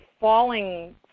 falling